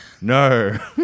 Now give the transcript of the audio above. No